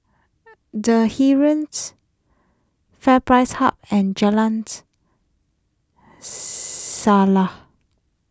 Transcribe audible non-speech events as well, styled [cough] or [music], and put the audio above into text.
[noise] the Heeren's FairPrice Hub and Jalan's Selaseh